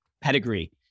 pedigree